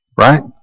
Right